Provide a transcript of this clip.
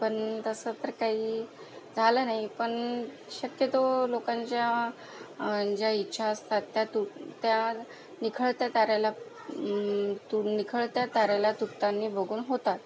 पण तसं तर काही झालं नाही पण शक्यतो लोकांच्या ज्या इच्छा असतात त्या तुटत्या निखळत्या ताऱ्याला निखळत्या ताऱ्याला तुटताना बघून होतात